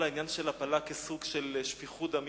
העניין של הפלה כאל סוג של שפיכות דמים,